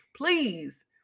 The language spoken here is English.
Please